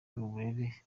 uburere